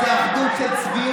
אז זו אחדות של צביעות,